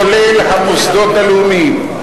כולל המוסדות הלאומיים,